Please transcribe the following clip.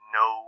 no